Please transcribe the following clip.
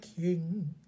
king